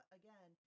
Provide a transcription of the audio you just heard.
again